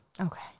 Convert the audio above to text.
Okay